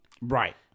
Right